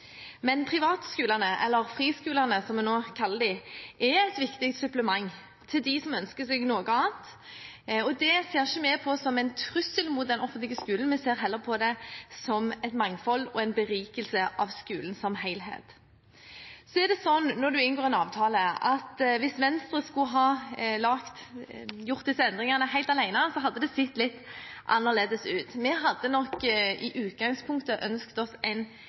Men privatskolene – eller friskolene, som vi nå kaller dem – er et viktig supplement for dem som ønsker seg noe annet. Dette ser vi ikke på som en trussel mot den offentlige skolen. Vi ser heller på det som et mangfold og en berikelse for skolen som helhet. Når man inngår en avtale, er det slik at hvis Venstre skulle ha gjort disse endringene helt alene, hadde det sett litt annerledes ut. Vi hadde nok i utgangspunktet ønsket oss